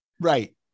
Right